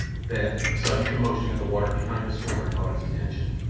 then a sudden commotion in the water behind the swimmer caught his attention.